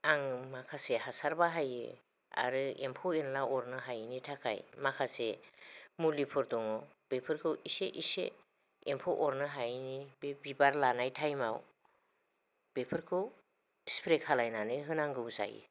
आं माखासे हासार बाहायो आरो एम्फौ एनला अरनो हायिनि थाखाय माखासे मुलिफोर दङ' बेफोरखौ एसे एसे एम्फौ अरनो हायिनि बे बिबार लानाय टाइमआव बेफोरखौ स्प्रे खालायनानै होनांगौ जायो